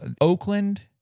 Oakland